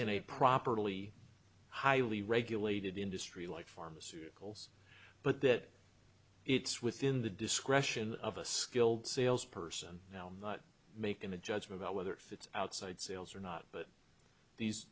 in a properly highly regulated industry like pharmaceuticals but that it's within the discretion of a skilled sales person now making a judgment about whether it fits outside sales or not but these